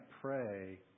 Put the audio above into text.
pray